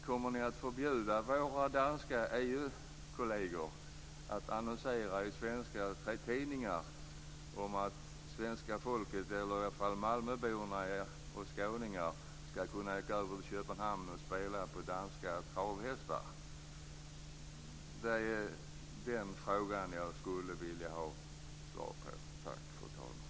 Kommer ni att förbjuda våra danska EU-kolleger att annonsera i svenska tidningar om att svenska folket, eller i alla fall malmöbor och skåningar, kan åka över till Köpenhamn och spela på danska travhästar? Den frågan skulle vilja ha svar på.